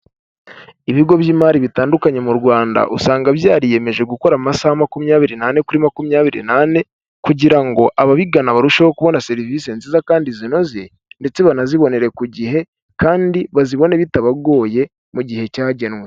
Ibigo by'imari bitandukanye mu Rwanda, usanga byariyemeje gukora amasaha makumyabiri nane kuri makumyabiri nane, kugira ngo ababigana barusheho kubona serivisi nziza kandi zinoze, ndetse banazibonere ku gihe, kandi bazibone bitabagoye, mu gihe cyagenwe.